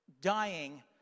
dying